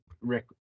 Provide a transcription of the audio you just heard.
rick